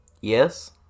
Yes